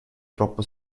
troppo